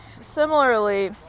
Similarly